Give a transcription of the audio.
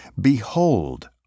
Behold